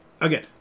Again